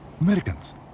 Americans